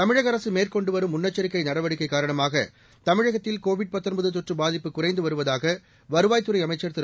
தமிழக அரசு மேற்கொண்டு வரும் முன்னெச்சரிக்கை நடவடிக்கை காரணமாக தமிழகத்தில் கோவிட் தொற்று பாதிப்பு குறைந்து வருவதாக வருவாய்த் துறை அமைச்சர் திரு